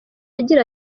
agira